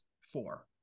four